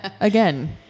again